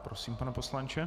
Prosím, pane poslanče.